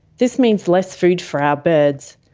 this means less food for our birds.